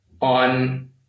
on